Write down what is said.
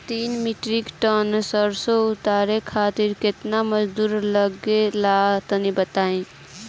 तीन metric tonne सरसो उतारे खातिर केतना मजदूरी लगे ला तनि बताई?